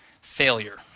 failure